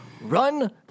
run